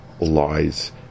lies